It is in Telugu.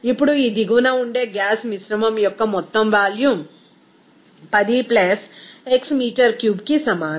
ఇప్పుడు ఈ దిగువన ఉండే గ్యాస్ మిశ్రమం యొక్క మొత్తం వాల్యూమ్ 10 x మీటర్ క్యూబ్కి సమానం